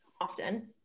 often